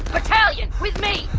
battalion! with me!